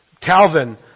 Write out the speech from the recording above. Calvin